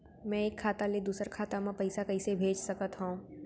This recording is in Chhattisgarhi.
मैं एक खाता ले दूसर खाता मा पइसा कइसे भेज सकत हओं?